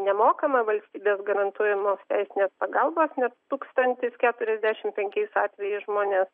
nemokama valstybės garantuojamos teisinės pagalbos net tūkstantis keturiasdešimt penkiais atvejais žmonės